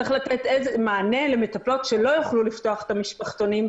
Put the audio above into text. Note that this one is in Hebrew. צריך לתת מענה למטפלות שלא יוכלו לפתוח את המשפחתונים,